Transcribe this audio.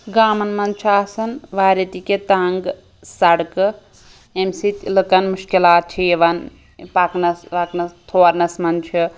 گامَن مَنٛز چھ آسان واریاہ تہِ کیٚنٛہہ تنٛگ سَڑکہٕ ییٚمہِ سۭتۍ لُکن مُشکلات چھِ یوان پَکنَس وَکنَس تھورنَس مَنٛز چھِ